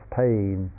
pain